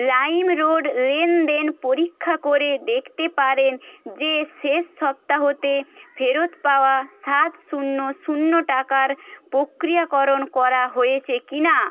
lime road লেনদেন পরীক্ষা করে দেখতে পারেন যে শেষ সপ্তাহতে ফেরত পাওয়া সাত শূন্য শূন্য টাকার প্রক্রিয়াকরণ করা হয়েছে কি না